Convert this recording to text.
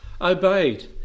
obeyed